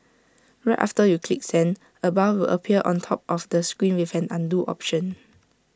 right after you click send A bar will appear on top of the screen with an Undo option